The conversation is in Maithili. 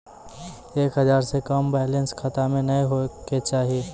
एक हजार से कम बैलेंस खाता मे नैय होय के चाही